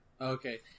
Okay